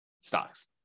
stocks